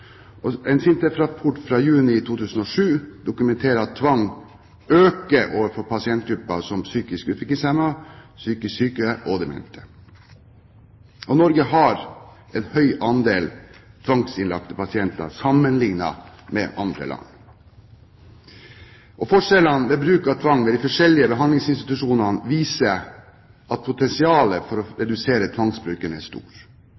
En SINTEF-rapport fra juni 2007 dokumenterer at tvang øker overfor pasientgrupper som psykisk utviklingshemmede, psykisk syke og demente. Norge har en høy andel tvangsinnlagte pasienter, sammenlignet med andre land. Forskjellene ved bruk av tvang ved de forskjellige behandlingsinstitusjonene viser at potensialet for å redusere tvangsbruken er